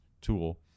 tool